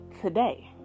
today